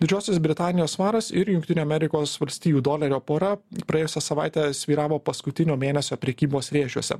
didžiosios britanijos svaras ir jungtinių amerikos valstijų dolerio pora praėjusią savaitę svyravo paskutinio mėnesio prekybos rėžiuose